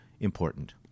important